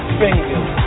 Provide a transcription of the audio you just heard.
fingers